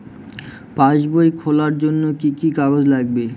পাসবই খোলার জন্য কি কি কাগজ লাগবে?